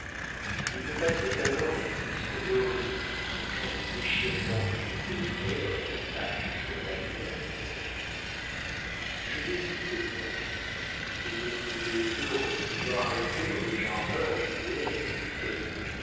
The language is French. il me passait alors des frissons horribles en songeant aux déchirements que me causerait un contact journalier avec elle je bénissais mon abandon et me trouvais heureux de pouvoir rester dans le jardin à jouer avec des cailloux